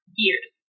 years